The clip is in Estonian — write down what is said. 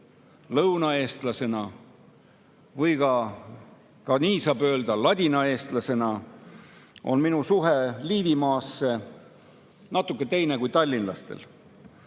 lõunaeestlasena või, ka nii saab öelda, ladinaeestlasena on minu suhe Liivimaasse natuke teine kui tallinlastel.